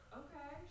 okay